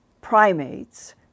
primates